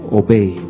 obey